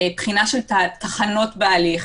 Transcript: בחינה של תחנות בהליך.